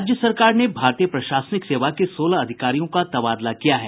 राज्य सरकार ने भारतीय प्रशासनिक सेवा के सोलह अधिकारियों का तबादला किया है